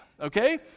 Okay